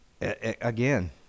Again